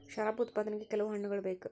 ಶರಾಬು ಉತ್ಪಾದನೆಗೆ ಕೆಲವು ಹಣ್ಣುಗಳ ಬೇಕು